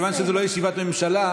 אבל מכיוון שזאת לא ישיבת ממשלה,